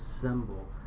symbol